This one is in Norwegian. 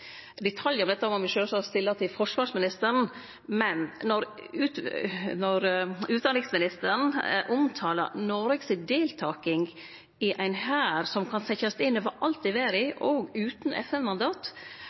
om detaljar omkring dette må sjølvsagt stillast til forsvarsministeren, men når utanriksministeren omtaler Noregs deltaking i ein hær som kan setjast inn overalt i